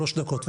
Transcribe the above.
שלוש דקות.